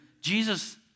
Jesus